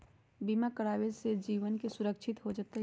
बीमा करावे से जीवन के सुरक्षित हो जतई?